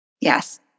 Yes